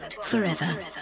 forever